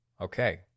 okay